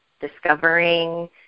discovering